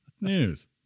News